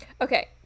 Okay